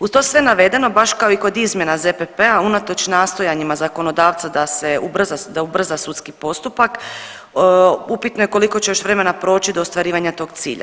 Uz to sve navedeno baš kao i kod izmjena ZPP-a unatoč nastojanjima zakonodavca da se ubrza, da ubrza sudski postupak upitno je koliko će još vremena proći do ostvarivanja tog cilja.